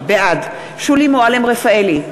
בעד שולי מועלם-רפאלי,